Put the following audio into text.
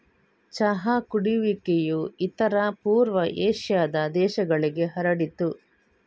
ಚಹಾ ಕುಡಿಯುವಿಕೆಯು ಇತರ ಪೂರ್ವ ಏಷ್ಯಾದ ದೇಶಗಳಿಗೆ ಹರಡಿತು